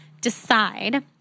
decide